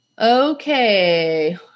Okay